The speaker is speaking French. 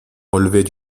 relevait